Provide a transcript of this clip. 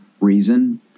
reason